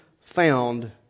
found